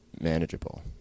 manageable